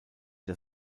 der